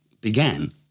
Began